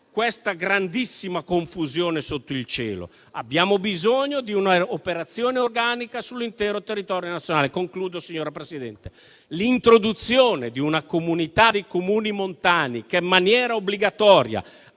questa grandissima confusione sotto il cielo, abbiamo bisogno di una operazione organica sull'intero territorio nazionale. L'introduzione di una comunità dei Comuni montani, che in maniera obbligatoria